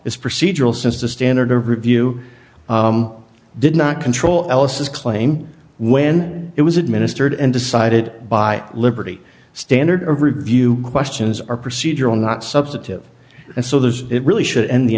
is procedural since the standard of review did not control ellis claim when it was administered and decided by liberty standard of review questions are procedural not substantive and so there's it really should end the